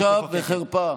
בושה וחרפה.